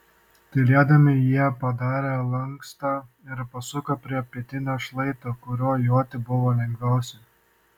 tylėdami jie padarė lankstą ir pasuko prie pietinio šlaito kuriuo joti buvo lengviausia